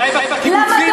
אולי בקיבוצים יקלטו אותם?